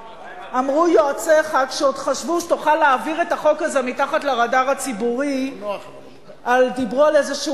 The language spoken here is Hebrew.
חבר הכנסת בן-ארי, אני קורא אותך לסדר פעם ראשונה.